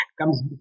comes